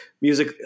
music